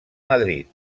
madrid